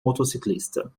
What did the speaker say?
motociclista